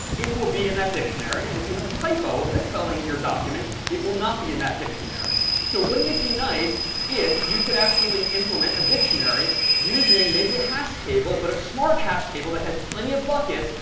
it will be in that dictionary. and if you have a typo, a misspelling, in your document, it will not be in that dictionary. so wouldn't it be nice if you could actually implement a dictionary using maybe a hash table, but a smart hash table that has plenty of buckets,